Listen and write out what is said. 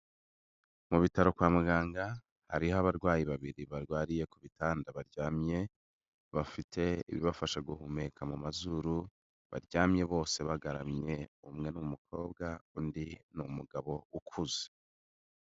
Mu bitaro kwa muganga hariho abarwayi babiri barwariye ku bitanda baryamye bafite ibibafasha guhumeka mu mazuru, baryamye bose bagaramye umwe n'umukobwa undi ni umugabo ukuze.